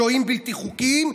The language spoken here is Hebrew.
שוהים בלתי חוקיים,